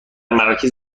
مراکز